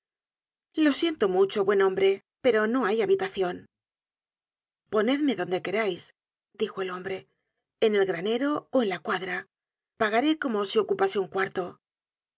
lo siento mucho buen hombre pero no hay habitacion ponedme donde querais dijo el hombre en el granero ó en la cuadra pagaré como si ocupase un cuarto